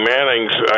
Manning's